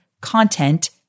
content